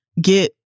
get